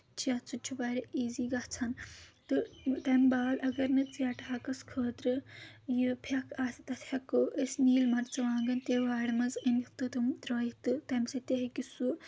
چٮ۪تھ سُہ تہِ چھُ واریاہ اِیٖزی گژھان تہٕ تَمہِ بعد اگر نہٕ ژیٹہٕ ہاکَس خٲطرٕ یہِ پھؠکھ آسہِ تَتھ ہؠکو أسۍ نیٖل مَرژٕوانٛگَن تہِ وارِ منٛز أنِتھ تہٕ تِم ترٛٲوِتھ تہٕ تَمہِ سۭتۍ تہِ ہیٚکہِ سُہ